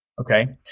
Okay